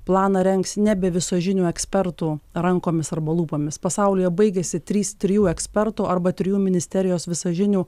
planą rengs nebe visažinių ekspertų rankomis arba lūpomis pasaulyje baigiasi trys trijų ekspertų arba trijų ministerijos visažinių